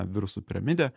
virusų piramidę